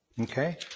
Okay